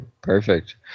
Perfect